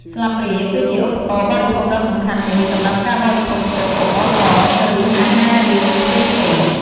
ស្លាបព្រាគឺជាឧបករណ៍បរិភោគដ៏សំខាន់មួយសម្រាប់ការបរិភោគស៊ុប បបរស ឬអាហាររាវផ្សេងៗ។